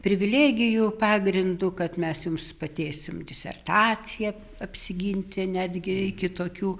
privilegijų pagrindu kad mes jums padėsim disertaciją apsiginti netgi iki tokių